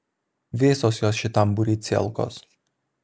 visos jos šitam būry cielkos